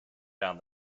down